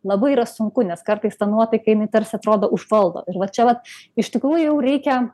labai yra sunku nes kartais ta nuotaikai jinai tarsi atrodo užvaldo ir va čia vat iš tikrųjų reikia